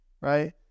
right